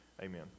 Amen